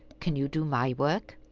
can you do my work?